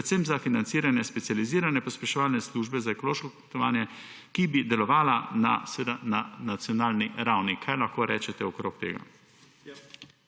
predvsem za financiranje specializirane pospeševalne službe za ekološko kmetovanje, ki bi delovala seveda na nacionalni ravni. Kaj lahko rečete okrog tega?